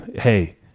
hey